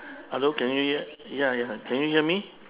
hello can you hear ya ya can you hear me